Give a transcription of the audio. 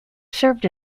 served